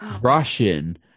Russian